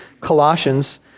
Colossians